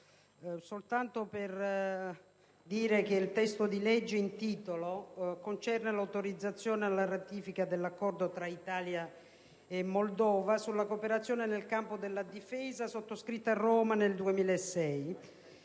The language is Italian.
Signor Presidente, il disegno di legge in titolo concerne l'autorizzazione alla ratifica dell'Accordo tra Italia e Moldova sulla cooperazione nel campo della difesa, sottoscritto a Roma nel 2006.